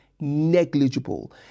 Negligible